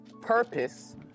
purpose